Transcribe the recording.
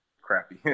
crappy